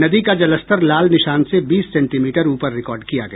नदी का जलस्तर लाल निशान से बीस सेंटीमीटर ऊपर रिकॉर्ड किया गया